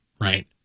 right